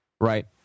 right